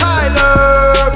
Tyler